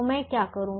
तो मैं क्या करूं